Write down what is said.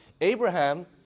Abraham